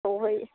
सौहै